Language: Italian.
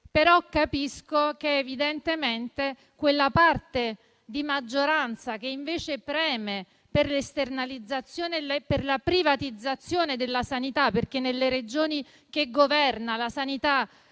gettonisti. Evidentemente, però, quella parte di maggioranza che invece preme per l'esternalizzazione e per la privatizzazione della sanità, perché nelle Regioni in cui governa la sanità